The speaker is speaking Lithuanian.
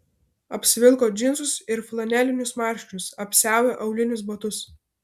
apsivilko džinsus ir flanelinius marškinius apsiavė aulinius batus